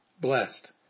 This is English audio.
Blessed